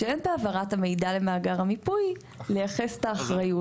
שאין בהעברת המידע למאגר המיפוי לייחס את האחריות.